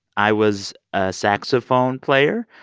i was a saxophone player.